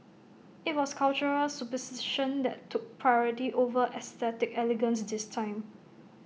IT was cultural superstition that took priority over aesthetic elegance this time